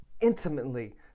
intimately